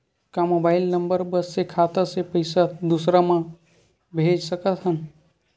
का mobile number बस से खाता से पईसा दूसरा मा भेज सकथन?